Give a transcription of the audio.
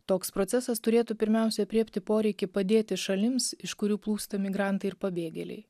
toks procesas turėtų pirmiausiai aprėpti poreikį padėti šalims iš kurių plūsta migrantai ir pabėgėliai